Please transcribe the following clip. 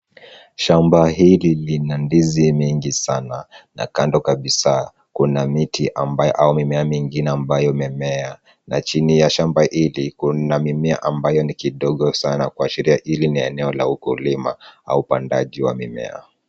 Shamba hili lina ndizi mingi sana, na kando kabisa kuna miti ambayo au mimea mingine ambayo imemea, na chini ya shamba hili kuna mimea ambayo ni kidogo sana, kuashiria hili ni eneo la ukulima au upandaji wa mimea.